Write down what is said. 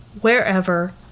wherever